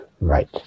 right